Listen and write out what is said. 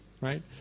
right